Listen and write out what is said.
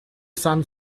sun